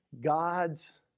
God's